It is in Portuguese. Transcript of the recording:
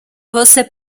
você